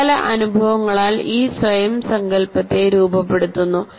മുൻകാല അനുഭവങ്ങളാൽ ഈ സ്വയം സങ്കൽപ്പത്തെ രൂപപ്പെടുത്തുന്നു